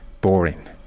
boring